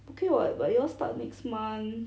okay [what] but you'll start next month